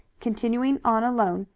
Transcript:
continuing on alone,